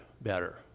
better